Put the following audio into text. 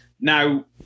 Now